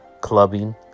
clubbing